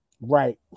right